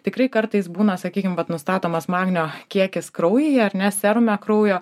tikrai kartais būna sakykim vat nustatomas magnio kiekis kraujyje ar ne serume kraujo